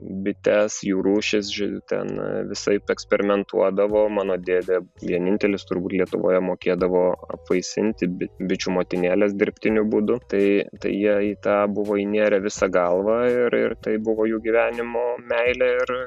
bites jų rūšis ži visaip eksperimentuodavo mano dėdė vienintelis turbūt lietuvoje mokėdavo apvaisinti bi bičių motinėles dirbtiniu būdu tai tai jie į tą buvo įnėrę visa galva ir ir tai buvo jų gyvenimo meilė ir